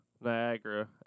Niagara